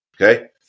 Okay